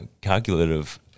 calculative